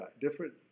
Different